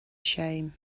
shame